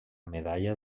medalla